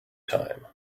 time